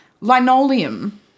Linoleum